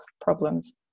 problems